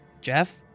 Jeff